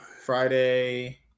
Friday